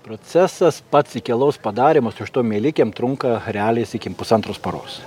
procesas pats iki alaus padarymo su šitom mielikėm trunka realiai sakykim pusantros paros